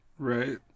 Right